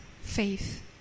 Faith